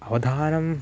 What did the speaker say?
अवधानम्